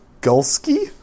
Gulski